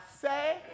say